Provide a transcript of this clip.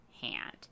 hand